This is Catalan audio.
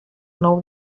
nou